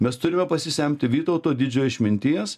mes turime pasisemti vytauto didžiojo išminties